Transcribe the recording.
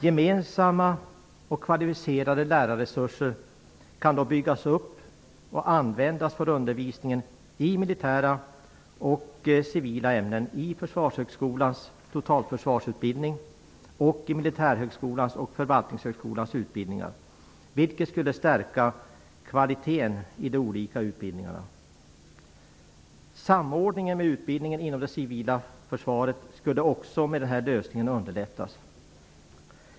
Gemensamma och kvalificerade lärarresurser kan då byggas upp och användas för undervisningen i militära och civila ämnen i Försvarshögskolans totalförsvarsutbildning och i Militärhögskolans och Förvaltningshögskolans utbildningar. Detta skulle stärka kvaliteten i de olika utbildningarna. Samordningen med utbildningen inom det civila försvaret skulle också med den här lösningen underlättas.